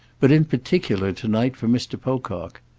but in particular to-night for mr. pocock.